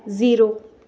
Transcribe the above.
zero